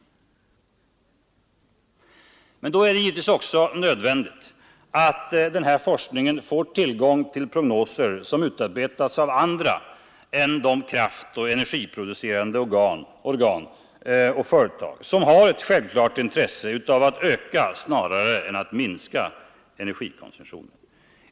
Men då är det givetvis också nödvändigt att den forskningen får tillgång till prognoser som utarbetats av andra än de kraftoch oljeproducerande organ och företag som har ett självklart intresse av att öka snarare än att minska energikonsumtionen.